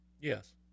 Yes